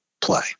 play